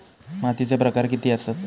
मातीचे प्रकार किती आसत?